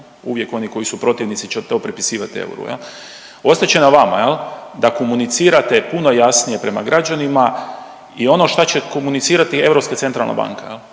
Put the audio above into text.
uvijek oni koji su protivnici će to prepisivat euru jel. Ostat će na vama jel da komunicirate puno jasnije prema građanima i ono šta će komunicirati Europska centralna banka